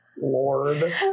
Lord